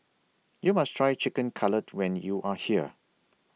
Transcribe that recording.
YOU must Try Chicken Cutlet when YOU Are here